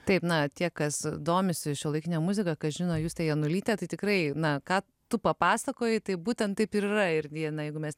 taip na tie kas domisi šiuolaikine muzika kas žino justę janulytę tai tikrai na ką tu papasakojai tai būtent taip ir yra ir na jeigu mes ten